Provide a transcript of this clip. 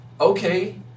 Okay